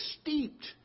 steeped